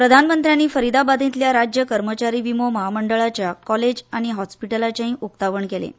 प्रधानमंत्र्यांनी फरिदाबादेंतल्या राज्य कर्मचारी विमो म्हामंडळाच्या कॉलेज आनी हॉस्पिटलाचेंय उकतावण केलें